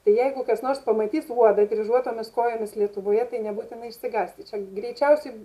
tai jeigu kas nors pamatys uodą dryžuotomis kojomis lietuvoje tai nebūtina išsigąsti čia greičiausiai